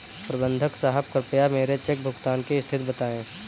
प्रबंधक साहब कृपया मेरे चेक भुगतान की स्थिति बताएं